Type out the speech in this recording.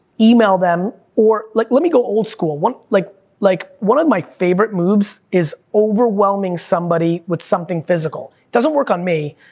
email them, or like let me go old school, one like like one of my favorite moves is overwhelming somebody with something physical, doesn't' work on me,